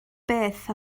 beth